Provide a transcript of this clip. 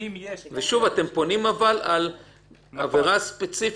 אתם פונים על עבירה ספציפית,